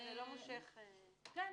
כן.